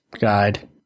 guide